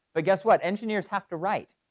but guess what? engineers have to write.